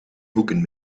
hoeken